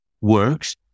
works